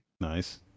nice